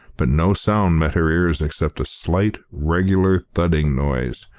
but no sound met her ears except a slight, regular, thudding noise,